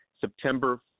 September